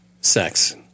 sex